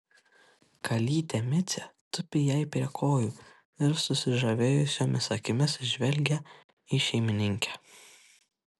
kalytė micė tupi jai prie kojų ir susižavėjusiomis akimis žvelgia į šeimininkę